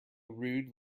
rude